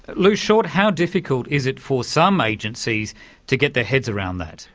lew short, how difficult is it for some agencies to get their heads around that?